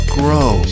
grow